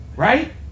Right